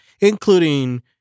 including